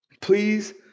please